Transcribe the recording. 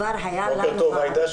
בוקר טוב עאידה.